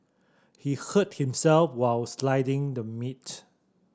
he hurt himself while slicing the meat